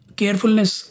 carefulness